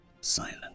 silent